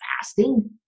fasting